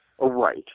Right